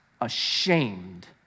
ashamed